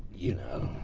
you know.